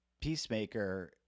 Peacemaker